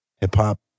Hip-hop